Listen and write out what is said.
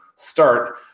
start